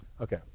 Okay